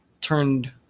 turned